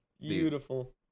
Beautiful